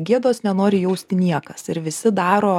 gėdos nenori jausti niekas ir visi daro